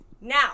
Now